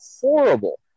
horrible